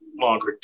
longer